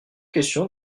question